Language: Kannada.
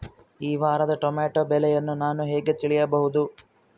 ಈ ವಾರದ ಟೊಮೆಟೊ ಬೆಲೆಯನ್ನು ನಾನು ಹೇಗೆ ತಿಳಿಯಬಹುದು?